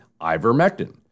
ivermectin